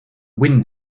wind